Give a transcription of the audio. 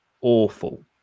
awful